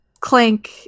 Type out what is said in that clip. Clank